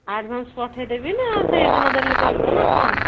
advance ପଠାଇଦେବି ନା ସେଇଦିନ ଦେଲେ ଚଳିବ ନା କ'ଣ